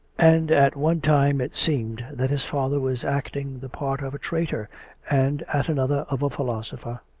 and at one time it seemed that his father was acting the part of a traitor and at another of a philosopher.